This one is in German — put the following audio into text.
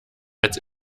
als